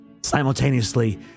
Simultaneously